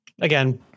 Again